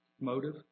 motive